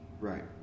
Right